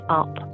up